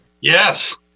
Yes